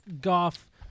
golf